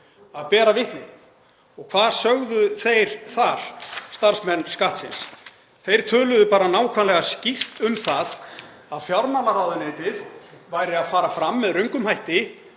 að bera vitni. Og hvað sögðu starfsmenn Skattsins þar? Þeir töluðu bara nákvæmlega og skýrt um það að fjármálaráðuneytið væri að fara fram með röngum hætti.